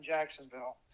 Jacksonville